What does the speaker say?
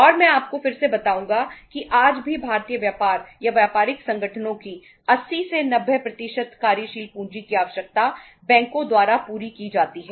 और मैं आपको फिर से बताऊंगा कि आज भी भारतीय व्यापार या व्यापारिक संगठनों की 80 90 कार्यशील पूंजी की आवश्यकता बैंकों द्वारा पूरी की जाती है